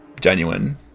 genuine